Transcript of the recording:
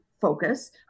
focus